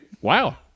Wow